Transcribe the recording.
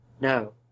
No